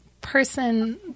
person